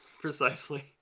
Precisely